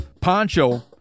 Poncho